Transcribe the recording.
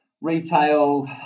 Retail